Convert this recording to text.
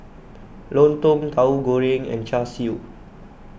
Lontong Tauhu Goreng and Char Siu